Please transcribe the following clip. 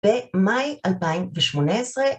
‫במאי 2018.